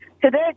Today